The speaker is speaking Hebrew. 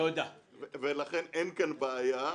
לכן אין פה בעיה.